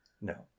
No